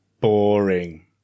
boring